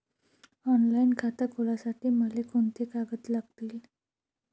Online खातं खोलासाठी मले कोंते कागद लागतील?